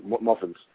muffins